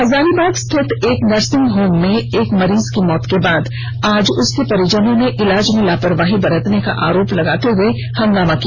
हजारीबाग स्थित एक nursing home में एक मरीज की मौत के बाद आज उसके परिजनों ने इलाज में लापरवाही बरतने का आरोप लगाते हुए हंगामा किया